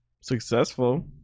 successful